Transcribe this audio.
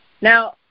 Now